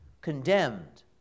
Condemned